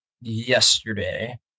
yesterday